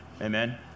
amen